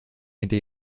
hinter